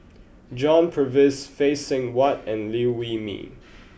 John Purvis Phay Seng Whatt and Liew Wee Mee